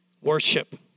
Worship